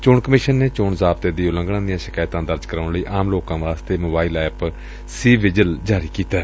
ਚੋਣ ਕਮਿਸ਼ਨ ਨੇ ਚੋਣ ਜ਼ਾਬਤੇ ਦੀ ਉਲੰਘਣਾ ਦੀਆ ਸ਼ਿਕਾਇਤਾਂ ਦਰਜ ਕਰਾਉਣ ਲਈ ਆਮ ਲੋਕਾਂ ਵਾਸਤੇ ਮੋਬਾਈਲ ਐਪ ਸੀ ਵਿਜਿਲ ਜਾਰੀ ਕੀਤੈ